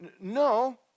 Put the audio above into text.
No